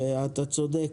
אתה צודק.